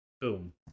Boom